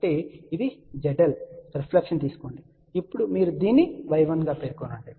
కాబట్టి ఇది zL reflection తీసుకోండి ఇప్పుడు మీరు దీన్ని y1 గా పేర్కొనండి